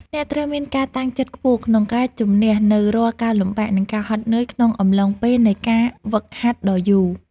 អ្នកត្រូវមានការតាំងចិត្តខ្ពស់ក្នុងការជម្នះនូវរាល់ការលំបាក និងការហត់នឿយក្នុងអំឡុងពេលនៃការហ្វឹកហាត់ដ៏យូរ។